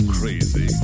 Crazy